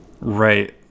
Right